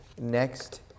next